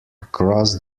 across